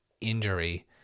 injury